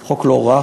זה חוק לא רע,